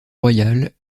royal